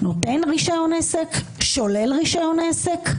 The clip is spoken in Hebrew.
נותן רישיון עסק, שולל רישיון עסק.